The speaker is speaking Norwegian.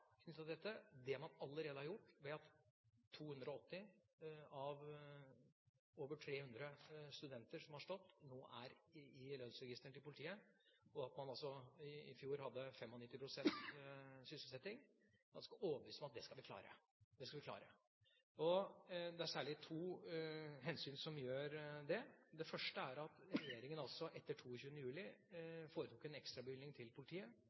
stått, nå er i lønnsregisteret til politiet, og at man i fjor hadde 95 pst. sysselsetting, skal vi klare det. Det er særlig to hensyn som gjør det: Det første er at regjeringa etter 22. juli foretok en ekstrabevilgning til politiet